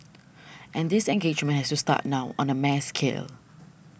and this engagement has to start now on a mass scale